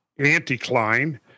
anticline